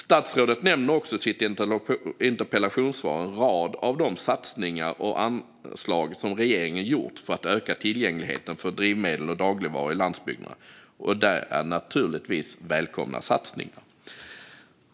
Statsrådet nämner också i sitt interpellationssvar en rad av de satsningar och anslag som regeringen gjort för att öka tillgängligheten på drivmedel och dagligvaror i landsbygderna. Det är naturligtvis välkomna satsningar.